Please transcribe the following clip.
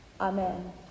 Amen